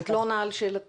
את לא עונה על שאלתי.